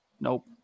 nope